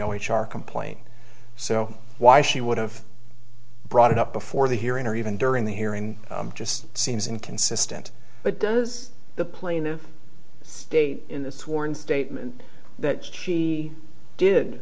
only char complain so why she would have brought up before the hearing or even during the hearing just seems inconsistent but does the plaintive state in the sworn statement that she did